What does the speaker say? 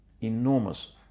enormous